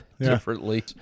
differently